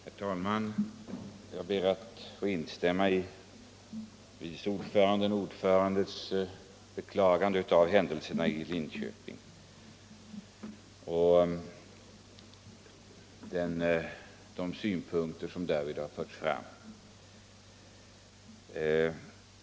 Herr talman! Jag ber att få instämma i vice ordförandens och ordförandens beklagande av händelsen i Norrköping och de synpunkter som de därvid har fört fram.